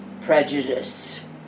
prejudice